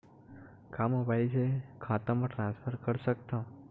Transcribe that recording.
का मोबाइल से खाता म ट्रान्सफर कर सकथव?